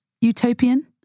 utopian